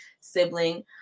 sibling